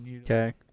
Okay